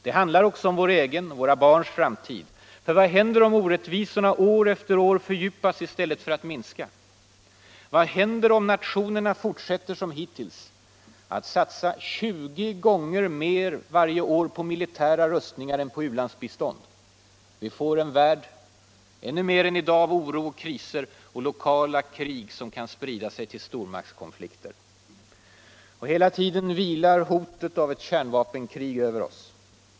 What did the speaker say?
Det här handlar också om vår egen och våra barns framtid. Vad händer om orättvisorna år efter år fördjupas i stället för att minskas? Vad händer om nationerna fortsätter, som hittills, att satsa 20 gånger mer varje år på militära ansträngningar än på u-landsbistånd? Jo, vi får en värld ännu mer än i dag av oro och kriser och av lokala krig som kan sprida sig till stormaktskonflikter. Och hela tiden vilar hotet av ett kärnvapenkrig över oss.